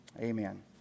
Amen